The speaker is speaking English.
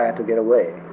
ah to get away